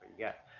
get.